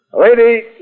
Lady